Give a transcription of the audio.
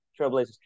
Trailblazers